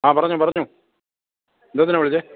ആ പറഞ്ഞോ പറഞ്ഞോ വിളിച്ചത്